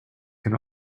can